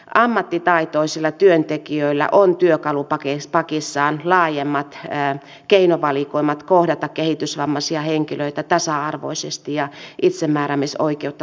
ammattitaitoisilla työntekijöillä on työkalupakissaan laajemmat keinovalikoimat kohdata kehitysvammaisia henkilöitä tasa arvoisesti ja itsemääräämisoikeutta kunnioittaen